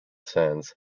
sands